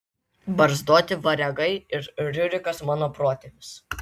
barzdoti variagai ir riurikas mano protėvis